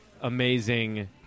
amazing